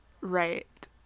Right